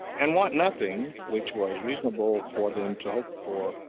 and want nothing which was reasonable for them to hope for,